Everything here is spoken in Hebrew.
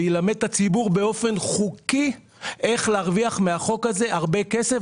ואלמד את הציבור איך להרוויח מהחוק הזה הרבה כסף באופן חוקי,